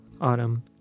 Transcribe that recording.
autumn